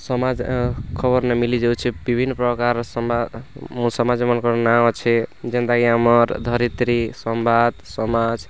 ସମାଜ୍ ଖବର୍ନେ ମିଲି ଯାଉଛେ ବିଭିନ୍ନପ୍ରକାର୍ ସମ୍ବା ସମାଜ୍ମାନ୍ଙ୍କର୍ ନାଁ ଅଛେ ଯେନ୍ତା କି ଆମର୍ ଧରିତ୍ରୀ ସମ୍ବାଦ୍ ସମାଜ୍